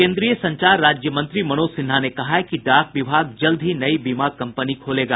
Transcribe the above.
केंद्रीय संचार राज्य मंत्री मनोज सिन्हा ने कहा कि डाक विभाग जल्द ही नई बीमा कंपनी खोलेगा